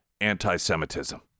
anti-Semitism